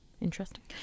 Interesting